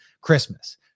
Christmas